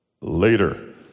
Later